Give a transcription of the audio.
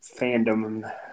fandom